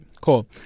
Cool